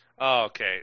Okay